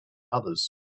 others